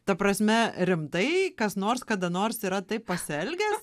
ta prasme rimtai kas nors kada nors yra taip pasielgęs